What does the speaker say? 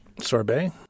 Sorbet